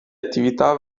attività